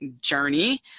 journey